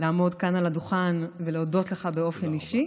לעמוד כאן על הדוכן ולהודות לך באופן אישי